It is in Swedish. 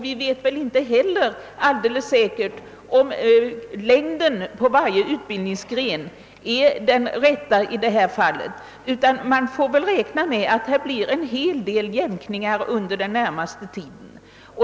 Vi vet inte heller alldeles säkert om utbildningstidens längd inom varje gren är den rätta. Vi får räkna med en hel del jämkningar under den närmaste tiden.